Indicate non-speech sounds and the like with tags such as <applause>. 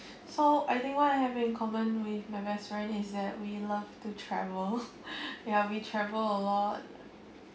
so I think what I have in common with my best friend is that we love to travels <laughs> ya we travel a lot